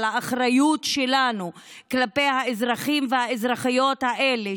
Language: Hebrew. האחריות שלנו כלפי האזרחים והאזרחיות האלה,